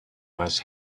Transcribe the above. was